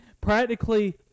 practically